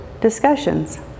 discussions